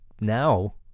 now